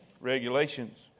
regulations